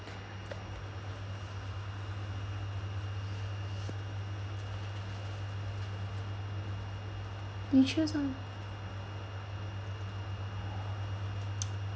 you choose some